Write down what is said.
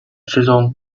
之中